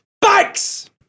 bikes